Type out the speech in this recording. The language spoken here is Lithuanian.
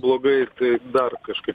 blogai ir tai dar kažkaip